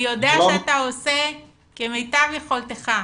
אני יודעת שאתה עושה כמיטב יכולתך.